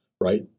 right